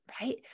Right